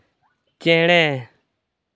ᱪᱮᱬᱮ